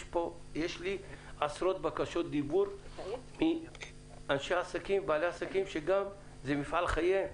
יש לי עשרות בקשות דיבור מאנשי עסקים ובעלי עסקים שזה מפעל חייהם.